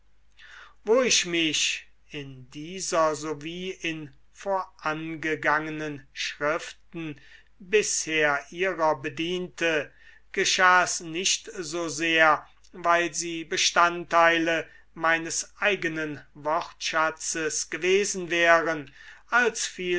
wo ich mich in dieser sowie in vorangegangenen schriften bisher ihrer bediente geschah es nicht so sehr weil sie bestand teile meines eigenen wortschatzes gewesen wären als